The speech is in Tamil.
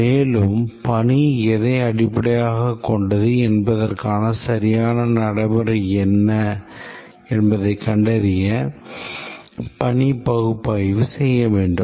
மேலும் பணி எதை அடிப்படையாகக் கொண்டது என்பதற்கான சரியான நடைமுறை என்ன என்பதைக் கண்டறிய பணி பகுப்பாய்வு செய்ய வேண்டும்